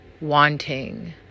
wanting